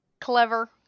Clever